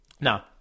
Now